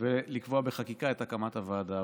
ולקבוע בחקיקה את הקמת הוועדה.